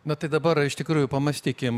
na tai dabar iš tikrųjų pamąstykim